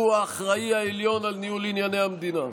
הוא האחראי העליון לניהול ענייני המדינה,